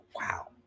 wow